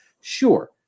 sure